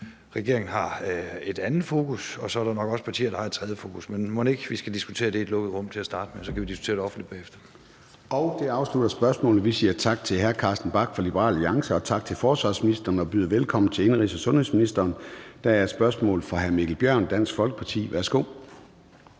Regeringen har et andet fokus. Og så er der nok også partier, der har et tredje fokus. Men mon ikke vi til at starte med skal diskutere det i et lukket rum, og så kan vi diskutere det offentligt bagefter?